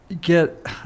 get